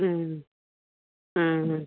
ആ ഹാ